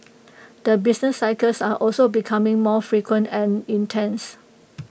the business cycles are also becoming more frequent and intense